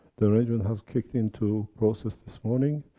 the arrangement has kicked into process this morning,